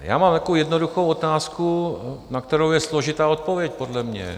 Já mám takovou jednoduchou otázku, na kterou je složitá odpověď podle mě.